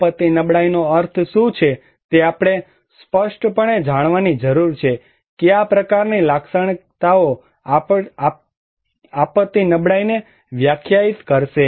આપત્તિ નબળાઈનો અર્થ શું છે તે આપણે સ્પષ્ટપણે જાણવાની જરૂર છે કયા પ્રકારની લાક્ષણિકતાઓ આપત્તિ નબળાઈને વ્યાખ્યાયિત કરશે